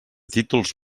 títols